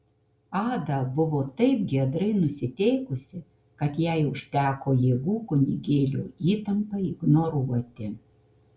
ada buvo taip giedrai nusiteikusi kad jai užteko jėgų kunigėlio įtampą ignoruoti